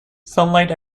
sunlight